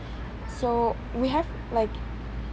so we have like